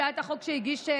הצעת החוק שהגשת,